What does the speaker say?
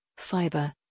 fiber